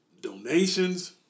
donations